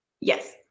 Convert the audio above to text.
Yes